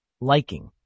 Liking